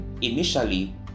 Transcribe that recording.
Initially